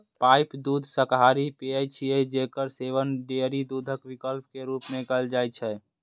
pipe दूध शाकाहारी पेय छियै, जेकर सेवन डेयरी दूधक विकल्प के रूप मे कैल जाइ छै